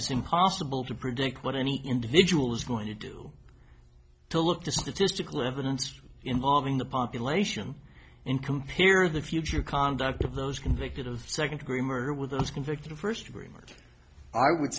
it's impossible to predict what any individual is going to do to look just statistical evidence involving the population in compare the future conduct of those convicted of second degree murder with those convicted of first degree murder i would